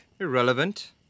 Irrelevant